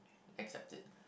accept it